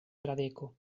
fradeko